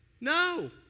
no